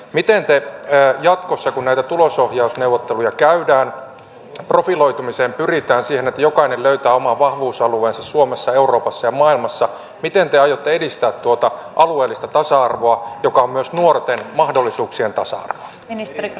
miten te jatkossa kun näitä tulosohjausneuvotteluja käydään ja profiloitumiseen pyritään siihen että jokainen löytää oman vahvuusalueensa suomessa euroopassa ja maailmassa aiotte edistää tuota alueellista tasa arvoa joka on myös nuorten mahdollisuuksien tasa arvoa